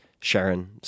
Sharon